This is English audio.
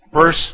Verse